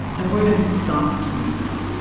and we're going to stop doing that